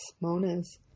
mona's